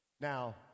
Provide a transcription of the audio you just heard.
Now